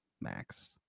Max